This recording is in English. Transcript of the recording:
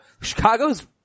Chicago's